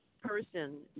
person